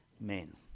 men